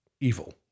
evil